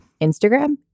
Instagram